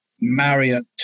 Marriott